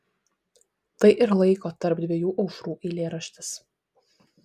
tai ir laiko tarp dviejų aušrų eilėraštis